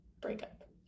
breakup